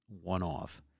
one-off